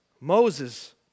Moses